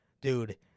Dude